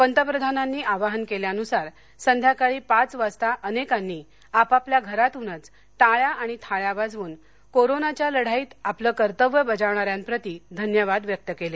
पंतप्रधानांनी आवाहन केल्यानुसार संध्याकाळी पाच वाजता अनेकांनी आपापल्या घरातूनच टाळ्या आणि थाळ्या वाजवून कोरोनाच्या लढाईत आपले कर्तव्य बजावणाऱ्यांप्रती धन्यवाद व्यक्त केले